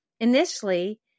initially